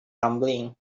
rumbling